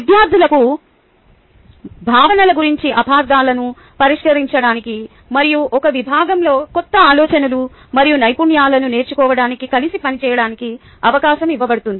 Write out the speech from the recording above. విద్యార్థులకు భావనల గురించి అపార్థాలను పరిష్కరించడానికి మరియు ఒక విభాగంలో కొత్త ఆలోచనలు మరియు నైపుణ్యాలను నేర్చుకోవడానికి కలిసి పనిచేయడానికి అవకాశం ఇవ్వబడుతుంది